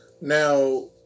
Now